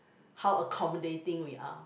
how accommodating we are